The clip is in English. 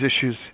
issues